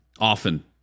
often